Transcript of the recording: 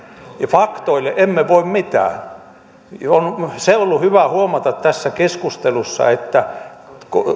faktoille emme voi mitään se on ollut hyvä huomata tässä keskustelussa että